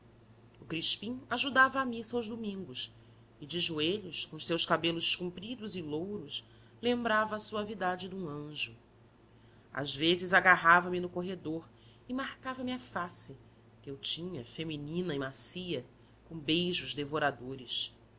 o crispim ajudava à missa aos domingos e de joelhos com os seus cabelos compridos e louros lembrava a suavidade de um anjo as vezes agarrava me no corredor e marcava me a face que eu tinha feminina e macia com beijos devoradores